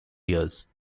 years